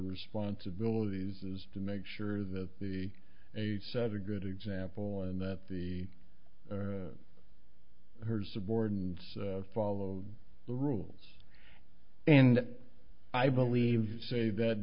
responsibilities is to make sure that the a set a good example and that the her subordinates follow the rules and i believe say that